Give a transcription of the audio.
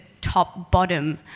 top-bottom